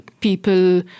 people